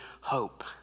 hope